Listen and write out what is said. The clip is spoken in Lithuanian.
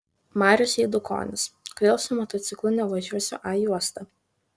marius eidukonis kodėl su motociklu nevažiuosiu a juosta